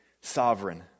sovereign